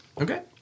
Okay